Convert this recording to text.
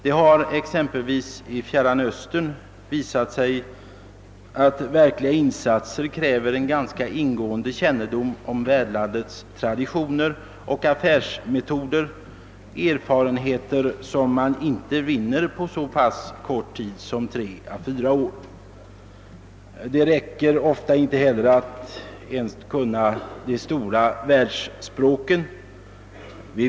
Det har, exempelvis i Fjärran Östern, visat sig att verkliga insatser kräver en ingående kännedom om värdlandets traditioner och affärsmetoder, erfarenheter som man inte vinner på en så pass kort tid som 3 å 4 år. Det räcker ofta inte heller att kunna de stora världsspråken.